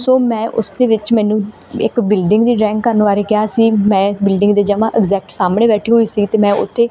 ਸੋ ਮੈਂ ਉਸਦੇ ਵਿੱਚ ਮੈਨੂੰ ਇੱਕ ਬਿਲਡਿੰਗ ਦੀ ਡਰਾਇੰਗ ਕਰਨ ਬਾਰੇ ਕਿਹਾ ਸੀ ਮੈਂ ਬਿਲਡਿੰਗ ਦੇ ਜਮਾਂ ਅਗਜੈਕਟ ਸਾਹਮਣੇ ਬੈਠੀ ਹੋਈ ਸੀ ਅਤੇ ਮੈਂ ਓਥੇ